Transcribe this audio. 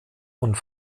und